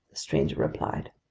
the stranger replied.